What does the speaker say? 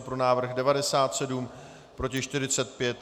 Pro návrh 97, proti 45.